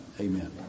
amen